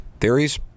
Theories